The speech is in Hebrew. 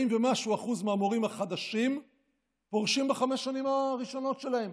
40% ומשהו מהמורים החדשים פורשים בחמש השנים הראשונות שלהם,